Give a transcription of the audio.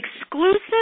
exclusive